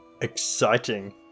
Exciting